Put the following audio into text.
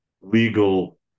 legal